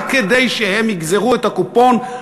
רק כדי שהם יגזרו את הקופון,